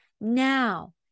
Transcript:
Now